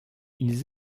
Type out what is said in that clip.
ils